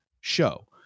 show